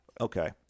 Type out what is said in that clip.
Okay